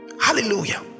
Hallelujah